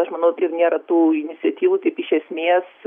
aš manau nėra tų iniciatyvų taip iš esmės